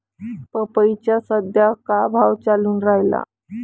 पपईचा सद्या का भाव चालून रायला?